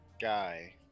guy